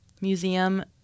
museum